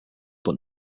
but